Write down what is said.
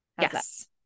Yes